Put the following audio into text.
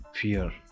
fear